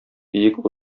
биек